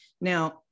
Now